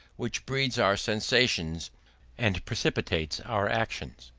which breeds our sensations and precipitates our actions.